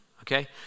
okay